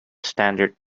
standard